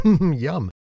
Yum